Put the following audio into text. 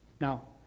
Now